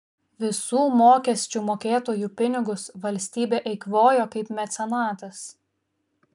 visų mokesčių mokėtojų pinigus valstybė eikvojo kaip mecenatas